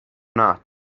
not